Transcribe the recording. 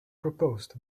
proposed